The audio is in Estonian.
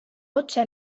otse